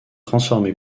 transformé